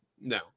no